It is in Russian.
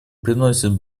приносит